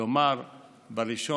כלומר ב-1